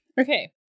Okay